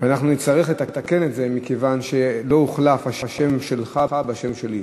ונצטרך לתקן את זה מכיוון שלא הוחלף השם שלך בשם שלי,